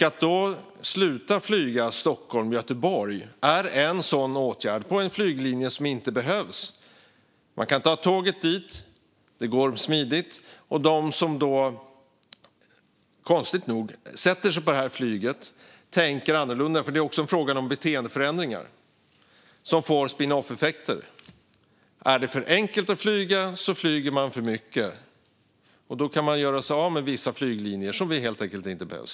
Att sluta flyga mellan Stockholm och Göteborg är en lämplig åtgärd. Det är en flyglinje som inte behövs. Man kan ta tåget den sträckan, och det går smidigt. De som konstigt nog sätter sig på det här flyget kan behöva tänka annorlunda. Det är fråga om beteendeförändringar som får spinoffeffekter. Är det för enkelt att flyga flyger man för mycket. Vi kan göra oss av med vissa flyglinjer som vi helt enkelt inte behöver.